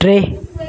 टे